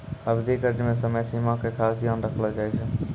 अवधि कर्ज मे समय सीमा के खास ध्यान रखलो जाय छै